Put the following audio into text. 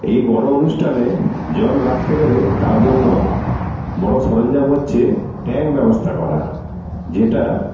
এই বড়ো অনুষ্ঠানে জল রাখতে গেলে তার জন্য বড়ো সরঞ্জাম হচ্ছে ট্যাঙ্ক ব্যবস্থা করা যেটা